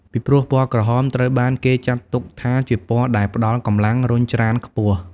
ពីព្រោះពណ៌ក្រហមត្រូវបានគេចាត់ទុកថាជាពណ៌ដែលផ្តល់កម្លាំងរុញច្រានខ្ពស់។